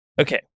Okay